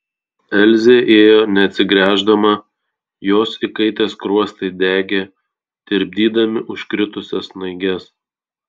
elzė ėjo neatsigręždama jos įkaitę skruostai degė tirpdydami užkritusias snaiges